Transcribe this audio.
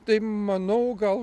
tai manau gal